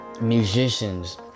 musicians